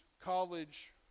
college